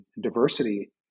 diversity